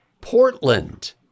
Portland